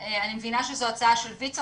אני מבינה שזו הצעה של ויצו,